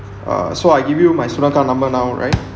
uh so I give you my student account number now right